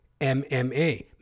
MMA